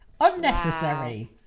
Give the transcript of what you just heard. unnecessary